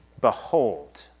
Behold